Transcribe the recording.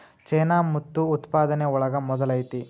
ಚೇನಾ ಮುತ್ತು ಉತ್ಪಾದನೆ ಒಳಗ ಮೊದಲ ಐತಿ